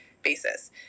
Basis